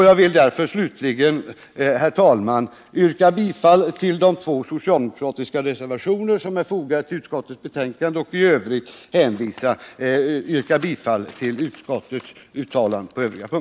Jag vill därför slutligen, herr talman, yrka bifall till de två socialdemokratiska reservationer som är fogade till utskottsbetänkandet och i övrigt till utskottets hemställan.